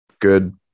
good